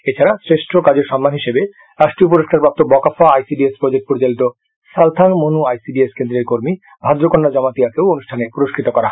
এছাড়া শ্রেষ্ঠ কাজের সম্মান হিসাবে রাষ্ট্রীয় পুরস্কারপ্রাপ্ত Bakafa I C D S project পরিচালিত Salkhang Manu I C D S কেন্দ্রের কর্মী ভাদ্রকন্যা জমাতিয়াকেও অনুষ্ঠানে পুরস্কত করা হয়